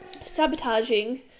sabotaging